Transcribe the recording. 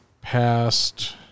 past